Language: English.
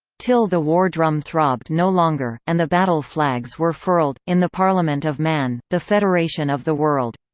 till the war-drum throbb'd no longer and the battle-flags were furled in the parliament of man, the federation of the world.